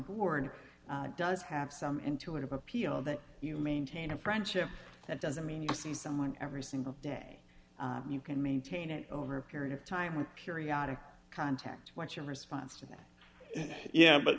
board does have some intuitive appeal that you maintain a friendship that doesn't mean you see someone every single day you can maintain it over a period of time with periodic contact what's your response to that yeah but